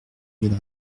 mille